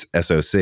SOC